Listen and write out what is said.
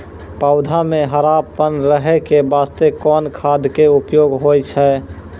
पौधा म हरापन रहै के बास्ते कोन खाद के उपयोग होय छै?